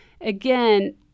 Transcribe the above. again